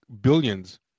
billions